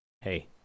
Hey